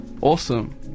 Awesome